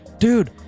Dude